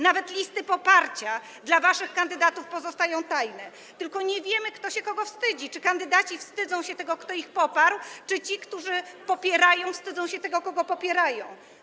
Nawet listy poparcia dla waszych kandydatów pozostają tajne, tylko nie wiemy, kto się kogo wstydzi, czy kandydaci wstydzą się tego, kto ich poparł, czy ci, którzy popierają, wstydzą się tego, kogo popierają.